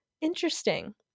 Interesting